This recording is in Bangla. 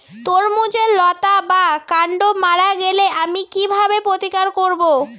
তরমুজের লতা বা কান্ড মারা গেলে আমি কীভাবে প্রতিকার করব?